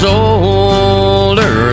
older